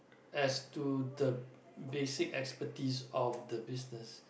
as to the basic expertise of the business